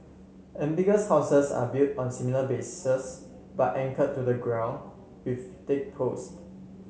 amphibious houses are built on similar bases but anchored to the ground with thick post